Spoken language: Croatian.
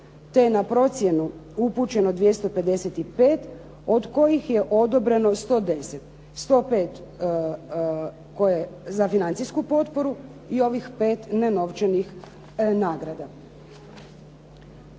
je na procjenu upućeno 255 od kojih je odobreno 110. 105 za financijsku potporu i ovih 5 nenovčanih nagrada.